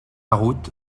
route